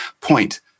point